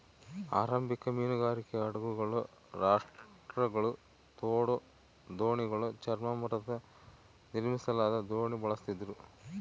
ಆರಂಭಿಕ ಮೀನುಗಾರಿಕೆ ಹಡಗುಗಳು ರಾಫ್ಟ್ಗಳು ತೋಡು ದೋಣಿಗಳು ಚರ್ಮ ಮರದ ನಿರ್ಮಿಸಲಾದ ದೋಣಿ ಬಳಸ್ತಿದ್ರು